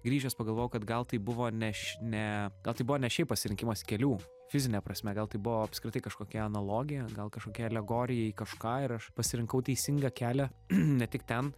grįžęs pagalvojau kad gal tai buvo neš ne gal tai buvo ne šiaip pasirinkimas kelių fizine prasme gal tai buvo apskritai kažkokia analogija gal kažkokia alegorija į kažką ir aš pasirinkau teisingą kelią ne tik ten